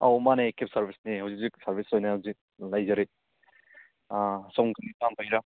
ꯑꯧ ꯃꯥꯅꯦ ꯀꯦꯕ ꯁꯥꯔꯕꯤꯁꯅꯦ ꯍꯧꯖꯤꯛ ꯍꯧꯖꯤꯛ ꯁꯥꯔꯕꯤꯁ ꯑꯣꯏꯅ ꯍꯧꯖꯤꯛ ꯂꯩꯖꯔꯤ ꯁꯣꯝ ꯒꯥꯔꯤ ꯄꯥꯝꯕꯒꯤꯔ